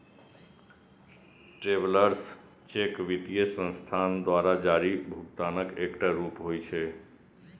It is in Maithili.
ट्रैवलर्स चेक वित्तीय संस्थान द्वारा जारी भुगतानक एकटा रूप होइ छै